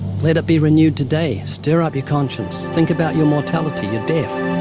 let it be renewed today. stir up your conscience. think about your mortality, your death.